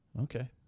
Okay